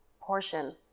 portion